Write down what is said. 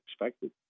expected